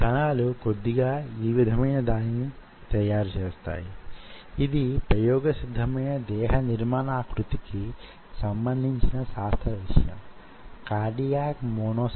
ఈ కారణాల వల్ల కొద్దిసేపటి క్రితం నేను మనం కాంటిలివర్ సిస్టమ్ ని ఉపయోగించిన విషయం ముఖ్యంగా వాటర్ కాంటిలివర్ ని వాడిన విషయం గురించి మాట్లాడాను